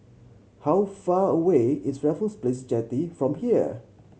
how far away is Raffles Place Jetty from here